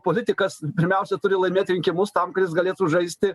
politikas pirmiausia turi laimėt rinkimus tam kad jis galėtų žaisti